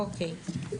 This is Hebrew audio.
אוקיי.